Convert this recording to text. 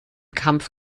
kampf